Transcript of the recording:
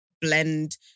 blend